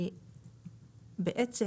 בעצם,